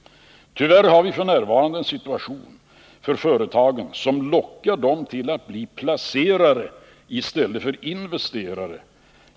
; Tyvärr har vi f. n. en situation för företagen som lockar dem till att bli placerare i stället för investerare.